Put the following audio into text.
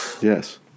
yes